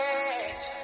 edge